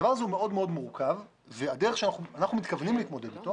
הדבר הזה הוא מאוד מאוד מורכב ואנחנו מתכוונים להתמודד אתו.